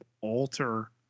alter